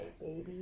baby